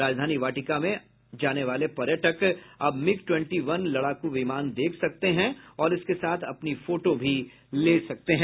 राजधानी वाटिका में जाने वाले पर्यटक अब मिग ट्वेंटी वन लड़ाकू विमान देख सकते हैं और इसके साथ अपनी फोटो भी ले सकते हैं